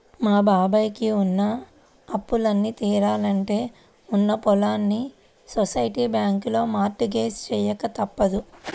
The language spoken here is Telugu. మా బాబాయ్ కి ఉన్న అప్పులన్నీ తీరాలంటే ఉన్న పొలాల్ని సొసైటీ బ్యాంకులో మార్ట్ గేజ్ చెయ్యక తప్పదు